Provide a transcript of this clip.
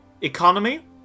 Economy